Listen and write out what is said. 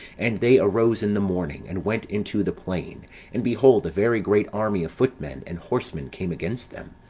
and they arose in the morning, and went into the plain and behold a very great army of footmen and horsemen came against them,